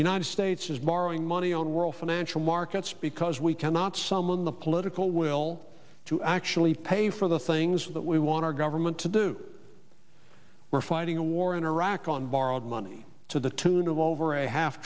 united states is borrowing money on world financial markets because we cannot summon the political will to actually pay for the things that we want our government to do we're fighting a war in iraq on borrowed money to the tune of over a half